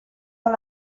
con